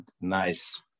nice